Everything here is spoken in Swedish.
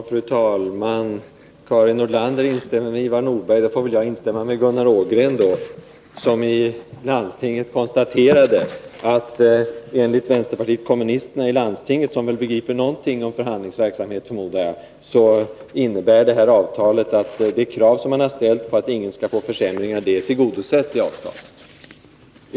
Fru talman! Karin Nordlander instämmer med Ivar Nordberg. Då får väl jag instämma med Gunnar Ågren, som i landstinget konstaterade att enligt vänsterpartiet kommunisterna i landstinget — som väl begriper något om förhandlingsverksamhet, förmodar jag — är det krav som man har ställt på att ingen skall få försämringar tillgodosett i avtalet.